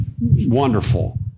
Wonderful